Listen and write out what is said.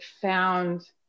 found